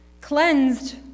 Cleansed